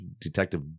Detective